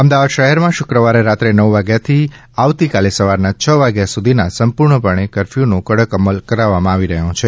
અમદાવાદ શહેરમાં શુક્રવારે રાત્રે નવ વાગ્યાથી આવતીકાલે સવારના છ વાગ્યા સુધીના સંપૂર્ણપણે કરફયુનો કડક અમલ કરાવવામાં આવી રહ્યો છે